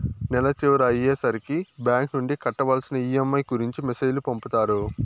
నెల చివర అయ్యే సరికి బ్యాంక్ నుండి కట్టవలసిన ఈ.ఎం.ఐ గురించి మెసేజ్ లు పంపుతారు